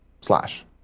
slash